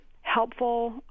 helpful